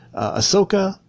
Ahsoka